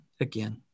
again